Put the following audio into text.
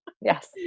Yes